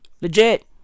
Legit